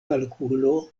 kalkulo